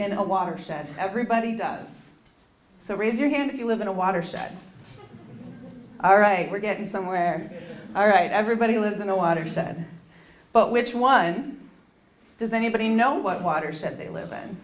in a watershed everybody does so raise your hand if you live in a watershed all right we're getting somewhere all right everybody lives in the water he said but which one does anybody know what waters that they live